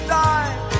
die